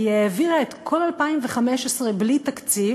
כי היא העבירה את כל 2015 בלי תקציב